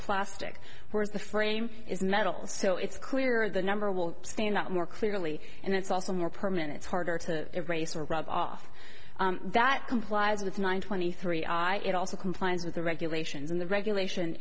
plastic whereas the frame is metal so it's clear the number will stand out more clearly and it's also more permanent it's harder to erase or rub off that complies with nine twenty three ah it also complies with the regulations and the regulation